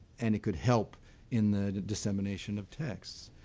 and it could help in the dissemination of text.